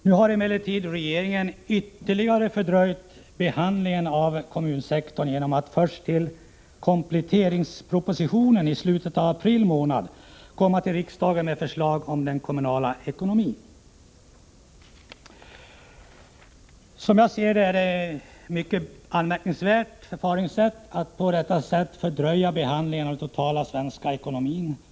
Nu har emellertid regeringen ytterligare fördröjt behandlingen av kommunsektorn genom att ha för avsikt att först i samband med kompletteringspropositionen i slutet av april månad komma till riksdagen med förslag om den kommunala ekonomin. Som jag ser det är det mycket anmärkningsvärt att regeringen på detta sätt fördröjer behandlingen av den totala svenska ekonomin.